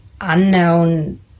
unknown